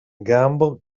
gambo